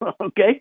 Okay